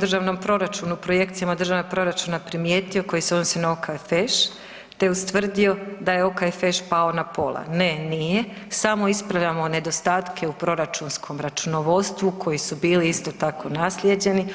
državnom proračunu, projekcijama državnog proračuna primijetio koji se odnosi na OKFŠ te ustvrdio da je OKFŠ pao na pola, ne nije samo ispravljamo nedostatke u proračunskom računovodstvu koji su bili isto tako naslijeđeni.